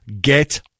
GET